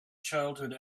childhood